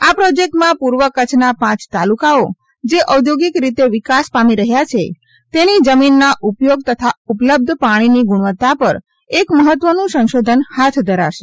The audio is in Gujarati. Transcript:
આ પ્રોજેક્ટમા પૂર્વ કચ્છના પાંચ તાલુકાઓ જે ઔધોગિક રીતે વિકાસ પામી રહ્યા છે તેની જમીનના ઉપયોગ અને ઉપલબ્ધ પાણીની ગુણવતા પર એક મહત્વનું સંશોધન હાથ ધરાશે